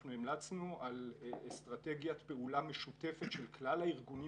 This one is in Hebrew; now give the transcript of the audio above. אנחנו המלצנו על אסטרטגיית פעולה משותפת של כלל הארגונים